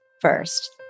first